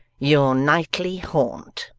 your nightly haunt.